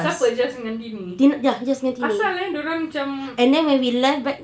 siapa jas dengan tini asal eh dia orang macam